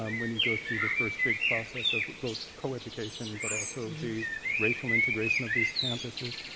um when you go through the first big process of both co-education, but also the racial integration of these campuses,